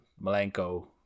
Malenko